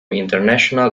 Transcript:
international